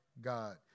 God